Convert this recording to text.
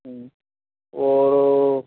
ہوں اور